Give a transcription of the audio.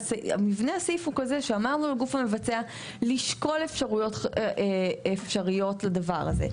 מבנה הסעיף הוא כזה שאמרנו לגוף המבצע לשקול אפשרויות חלופיות לדבר הזה,